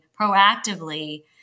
proactively